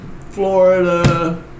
Florida